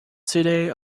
today